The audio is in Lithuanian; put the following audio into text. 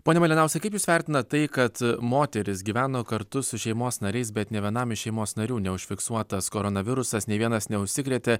pone malinauskai kaip jūs vertinat tai kad moteris gyveno kartu su šeimos nariais bet nė vienam iš šeimos narių neužfiksuotas koronavirusas nė vienas neužsikrėtė